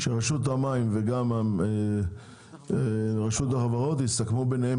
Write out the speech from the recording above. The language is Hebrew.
שרשות המים וגם רשות החברות יסכמו ביניהם